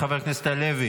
מוותר.